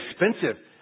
expensive